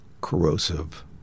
corrosive